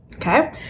Okay